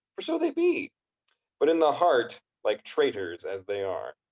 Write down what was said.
for so they be but in the heart like traitors as they are.